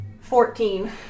Fourteen